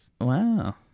Wow